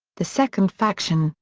the second faction,